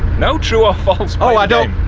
no, true or false oh i don't,